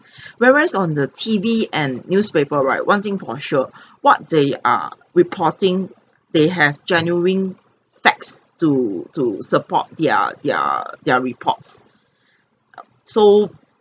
whereas on the T_V and newspaper right one thing for sure what they are reporting they have genuine facts to to support their their their reports so